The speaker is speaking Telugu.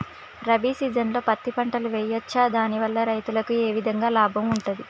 రబీ సీజన్లో పత్తి పంటలు వేయచ్చా దాని వల్ల రైతులకు ఏ విధంగా లాభం ఉంటది?